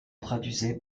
traduisait